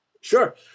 Sure